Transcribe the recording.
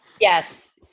Yes